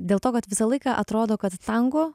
dėl to kad visą laiką atrodo kad tango